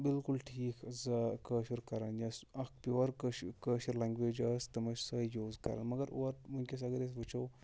بالکُل ٹھیٖک کٲشُر کران یۄس اکھ پیور کٲشِر لیٚنٛگویٚج ٲسۍ تِم ٲسۍ سۄے یوٗز کران مَگر وٕنٛکیٚس اَگر أسۍ وٕچھو